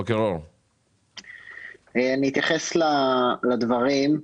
אני אתייחס לדברים.